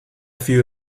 few